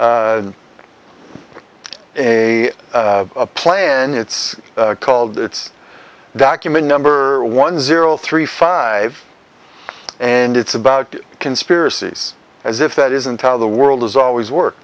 a plan it's called it's document number one zero three five and it's about conspiracies as if that isn't how the world is always work